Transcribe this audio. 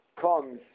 comes